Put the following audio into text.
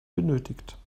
benötigt